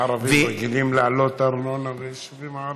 הערבים רגילים להעלות ארנונה ביישובים הערביים?